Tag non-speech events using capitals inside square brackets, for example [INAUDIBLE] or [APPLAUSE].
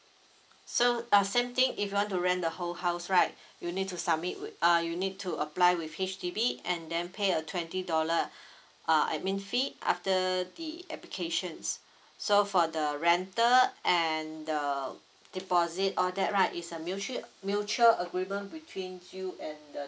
so uh same thing if you want to rent the whole house right [BREATH] you need to submit with uh you need to apply with H_D_B and then pay a twenty dollar [BREATH] uh admin fee after the applications so for the rental and the deposit all that right it's a mutual mutual agreement between you and the